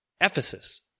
Ephesus